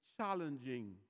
challenging